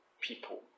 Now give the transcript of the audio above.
people